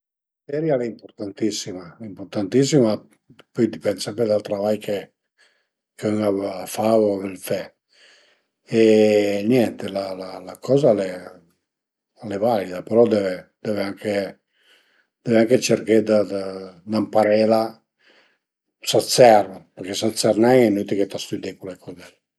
Custa materia al e ëmpurtantatissima, al e ëmpurtantissima, pöi a dipend sempre dal travai che ün a fa o a völ fe e niente la coza al e valida però döve döve anche döve anche cerché d'ëmparela s'a t'serv, perché s'a t'serv nen al e inütil che t'stüdie cule coze li